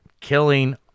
killing